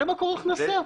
זה מקור הכנסה,